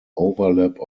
overlap